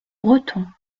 bretons